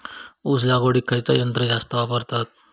ऊस लावडीक खयचा यंत्र जास्त वापरतत?